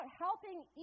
helping